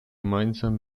gemeinsam